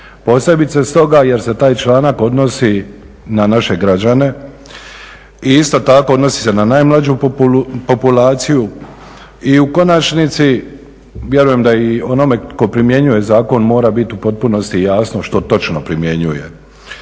posebice stoga jer se taj članak odnosi na naše građane i isto tako odnosi se na najmlađu populaciju i u konačnici vjerujem da i onome tko primjenjuje zakon mora bit u potpunosti jasno što točno primjenjuje,